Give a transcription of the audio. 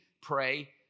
pray